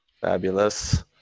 fabulous